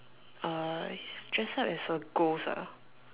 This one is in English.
uh dress up as a ghost ah